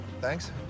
thanks